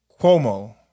Cuomo